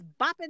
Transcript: bopping